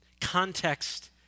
Context